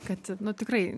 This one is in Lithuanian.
kad nu tikrai